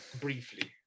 Briefly